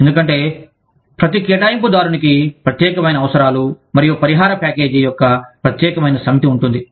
ఎందుకంటే ప్రతి కేటాయింపుదారునికి ప్రత్యేకమైన అవసరాలు మరియు పరిహార ప్యాకేజీ యొక్క ప్రత్యేకమైన సమితి ఉంటుంది